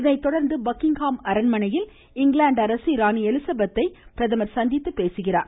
இதனை தொடர்ந்து பக்கிங்ஹாம் அரண்மனையில் இங்கிலாந்து அரசி ராணி எலிசபெத்தை பிரதமர் சந்தித்து பேசுகிறார்